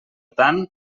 tant